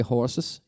Horses